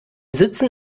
sitzen